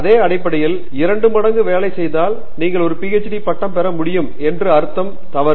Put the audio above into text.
அதே அடிப்படையில் இரண்டு மடங்கு வேலை செய்தால் நீங்கள் ஒரு PhD பட்டம் பெற முடியும் என்ற அர்த்தம் தவறு